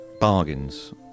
bargains